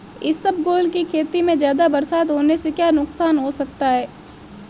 इसबगोल की खेती में ज़्यादा बरसात होने से क्या नुकसान हो सकता है?